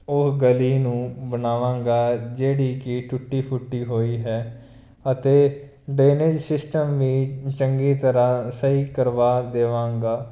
ਉਹ ਗਲੀ ਨੂੰ ਬਣਾਵਾਂਗਾ ਜਿਹੜੀ ਕਿ ਟੁੱਟੀ ਫੁੱਟੀ ਹੋਈ ਹੈ ਅਤੇ ਡਰੈਨੇਜ਼ ਸਿਸਟਮ ਚੰਗੀ ਤਰ੍ਹਾਂ ਸਹੀ ਕਰਵਾ ਦੇਵਾਂਗਾ